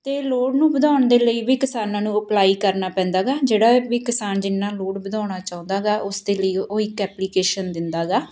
ਅਤੇ ਲੋਡ ਨੂੰ ਵਧਾਉਣ ਦੇ ਲਈ ਵੀ ਕਿਸਾਨਾਂ ਨੂੰ ਅਪਲਾਈ ਕਰਨਾ ਪੈਂਦਾ ਗਾ ਜਿਹੜਾ ਵੀ ਕਿਸਾਨ ਜਿੰਨਾ ਲੋਡ ਵਧਾਉਣਾ ਚਾਹੁੰਦਾ ਗਾ ਉਸ ਦੇ ਲਈ ਉਹ ਇੱਕ ਐਪਲੀਕੇਸ਼ਨ ਦਿੰਦਾ ਗਾ